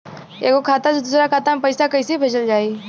एगो खाता से दूसरा खाता मे पैसा कइसे भेजल जाई?